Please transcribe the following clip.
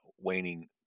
waning